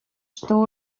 что